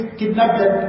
kidnapped